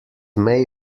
may